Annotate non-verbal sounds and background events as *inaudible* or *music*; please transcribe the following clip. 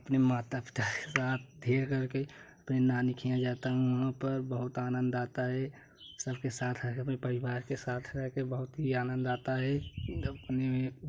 अपने माता पिता के साथ धेर हो गई अपने नानी के वहाँ जाता हूँ वहाँ पर बहुत आनंद आता है सबके साथ आए थे अपने परिवार के साथ रह करके बहुत ही आनंद आता है *unintelligible*